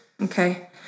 Okay